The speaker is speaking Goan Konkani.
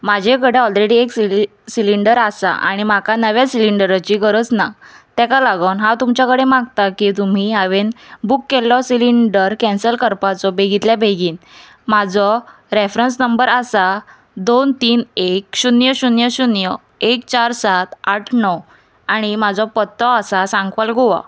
म्हाजे कडेन ऑलरेडी एक सिली सिलिंडर आसा आनी म्हाका नव्या सिलिंडराची गरज ना तेका लागोन हांव तुमच्या कडेन मागतां की तुमी हांवें बूक केल्लो सिलिंडर कॅन्सल करपाचो बेगितल्या बेगीन म्हाजो रेफ्रंस नंबर आसा दोन तीन एक शुन्य शुन्य शुन्य एक चार सात आठ णव आनी म्हाजो पत्तो आसा सांकवाल गोवा